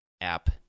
app